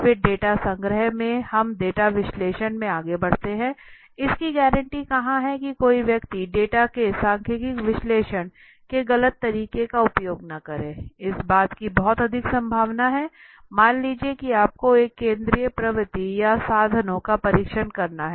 फिर डेटा संग्रह से हम डेटा विश्लेषण में आगे बढ़ते हैं इसकी गारंटी कहां है कि कोई व्यक्ति डेटा के सांख्यिकीय विश्लेषण के गलत तरीके का उपयोग न करे इस बात की बहुत अधिक संभावना है मान लीजिए कि आपको एक केंद्रीय प्रवृत्ति या साधनों का परीक्षण करना है